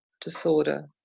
disorder